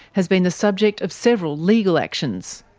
has been the subject of several legal actions.